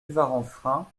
varanfrain